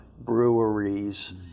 breweries